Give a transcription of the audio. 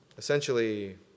Essentially